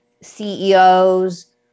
CEOs